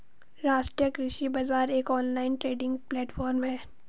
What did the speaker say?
राष्ट्रीय कृषि बाजार एक ऑनलाइन ट्रेडिंग प्लेटफॉर्म है